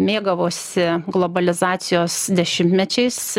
mėgavosi globalizacijos dešimtmečiais